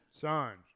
Signs